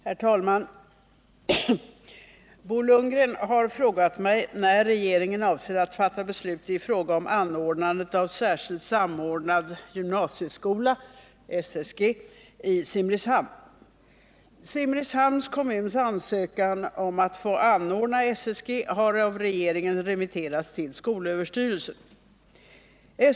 Herr talman! Bo Lundgren har frågat mig när regeringen avser att fatta beslut i fråga om anordnandet av särskild samordnad gymnasieskola i Simrishamn. Simrishamns kommuns ansökan om att få anordna SSG har av regeringen remitterats till skolöverstyrelsen.